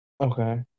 Okay